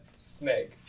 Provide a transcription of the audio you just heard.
snake